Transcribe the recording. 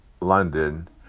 London